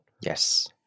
Yes